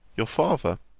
your father,